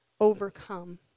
overcome